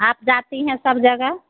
आप जाती है सब जगह